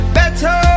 better